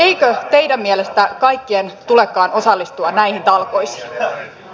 eikö teidän mielestänne kaikkien tulekaan osallistua näihin talkoisiin